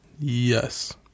Yes